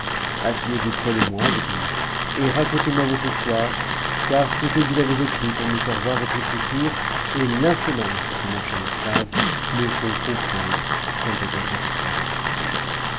asseyez-vous près de moi vous dis-je et racontez-moi votre histoire car ce que vous avez écrit pour me faire voir votre écriture et l'insolence de ce marchand d'esclaves me font comprendre qu'elle doit être extraordinaire